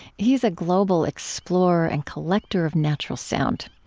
he's a global explorer and collector of natural sound.